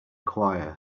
choir